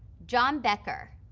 john becker,